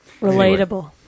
Relatable